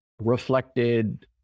reflected